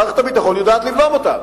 מערכת הביטחון היתה יודעת לבלום אותם.